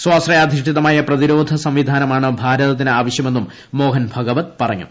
സ്വാശ്രയാധിഷ്ഠിതമായ പ്രതിരോധ സംവിധാനമാണ് ഭാരതത്തിന് ആവശ്യമെന്നും മോഹൻ ഭഗവത് പറഞ്ഞു